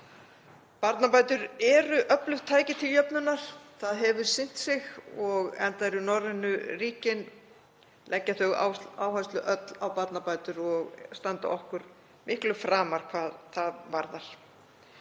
Barnabætur eru öflugt tæki til jöfnunar. Það hefur sýnt sig enda leggja norrænu ríkin öll áherslu á barnabætur og standa okkur miklu framar hvað það varðar.